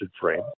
frame